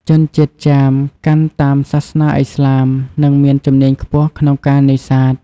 ជនជាតិចាមកាន់តាមសាសនាអ៊ីស្លាម និងមានជំនាញខ្ពស់ក្នុងការនេសាទ។